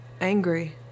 Angry